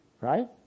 Right